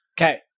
Okay